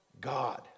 God